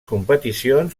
competicions